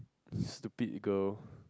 stupid girl